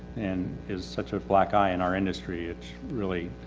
and is such a black eye in our industry. it's really